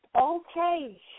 Okay